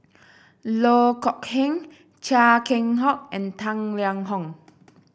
Loh Kok Heng Chia Keng Hock and Tang Liang Hong